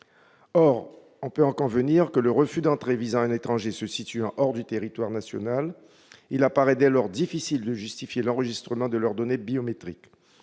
à l'espace Schengen. Or, le refus d'entrée visant un étranger se situant hors du territoire national, il apparaît dès lors difficile de justifier l'enregistrement de ses données biométriques,